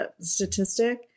statistic